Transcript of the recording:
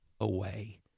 away